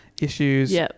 Issues